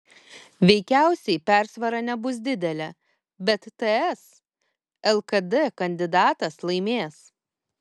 veikiausiai persvara nebus didelė bet ts lkd kandidatas laimės